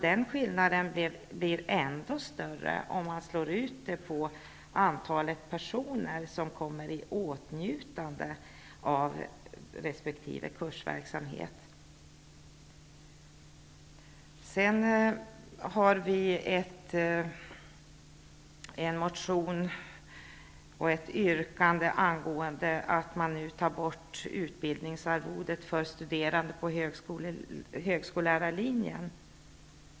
Den skillnaden blir ännu större om man slår ut det på antalet personer som kommer i åtnjutande av resp. kursverksamhet. Sedan har vi en motion och ett yrkande angående att man nu tar bort utbildningsarvodet för studerande på högskollärarlinjen.